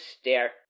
stare